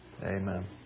Amen